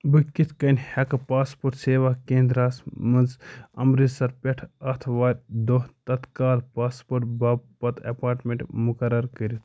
بہٕ کِتھ کٔنۍ ہیٚکہٕ پاسپورٹ سیوا کینٛدرٛا ہس منٛز امرِتسر پٮ۪ٹھ آتھوارِ دۄہ تَتکال پاسپورٹ باپتھ ایٚپارٹمیٚنٛٹ مقرر کٔرتھ